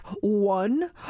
one